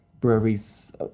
breweries